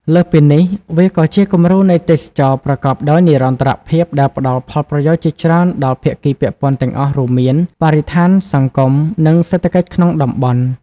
លើសពីនេះ វាក៏ជា គំរូនៃទេសចរណ៍ប្រកបដោយនិរន្តរភាព ដែលផ្តល់ ផលប្រយោជន៍ជាច្រើន ដល់ភាគីពាក់ព័ន្ធទាំងអស់ រួមមាន បរិស្ថាន សង្គម និងសេដ្ឋកិច្ចក្នុងតំបន់។